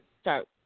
start